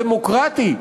דמוקרטי,